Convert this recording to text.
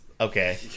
Okay